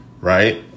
right